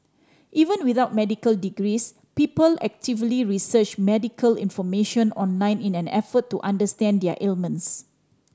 even without medical degrees people actively research medical information online in an effort to understand their ailments